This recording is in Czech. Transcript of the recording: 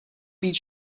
být